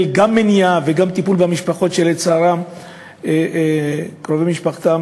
גם של מניעה וגם של טיפול בבני משפחות שלצערם קרובי משפחתם